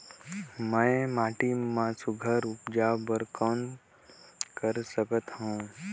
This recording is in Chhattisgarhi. मैं माटी मा सुघ्घर उपजाऊ बर कौन कर सकत हवो?